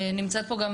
נמצאת פה גם